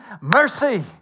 mercy